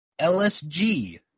LSG